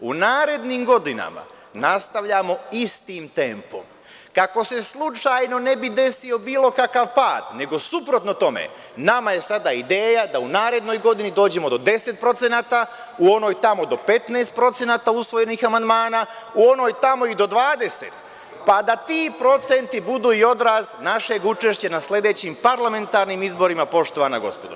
U narednim godinama nastavljamo istim tempom, kako se slučajno ne bi desio bilo kakav pad, nego suprotno tome, nama je sada ideja da u narednoj godini dođemo do deset procenata, u onoj tamo do 15 procenata usvojenih amandmana, u onoj tamo i do dvadeset, pa da ti procenti budu i odraz našeg učešća na sledećim parlamentarnim izborima, poštovana gospodo.